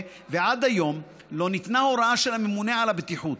ועד היום לא ניתנה הוראה של הממונה על הבטיחות.